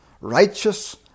righteous